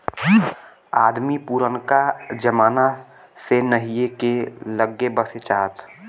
अदमी पुरनका जमाना से नहीए के लग्गे बसे चाहत